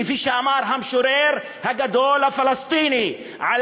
כפי שאמר המשורר הפלסטיני הגדול: (אומר דברים בערבית,